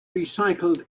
recycled